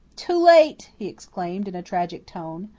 too late! he exclaimed in a tragic tone.